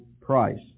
price